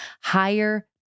Higher